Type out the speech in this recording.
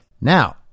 Now